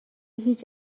هیچ